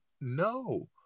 no